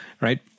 right